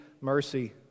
mercy